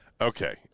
Okay